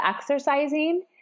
exercising